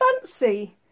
fancy